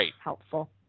helpful